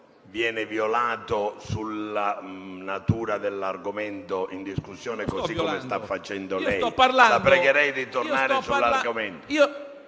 viene violato sulla natura dell'argomento in discussione, così come sta facendo lei. La pregherei di tornare sull'argomento.